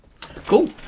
Cool